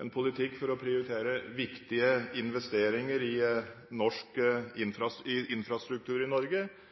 en politikk for å prioritere viktige investeringer i infrastruktur i Norge. Eksempelvis er det slik at hvis du ser på samferdselsbevilgningene i 2005 i